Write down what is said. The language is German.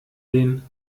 den